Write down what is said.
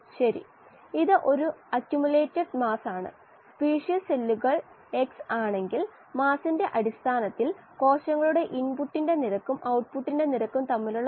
flux transfer coefficient ഗുണം driving force ആണ് അതായത് ട്രാൻസ്ഫർ കോഎഫിഷ്യന്റ് ഗുണം ഡ്രൈവിംഗ് ഫോഴ്സിന്റെ ഗുണനഫലം ആണ് ഫ്ലക്സ്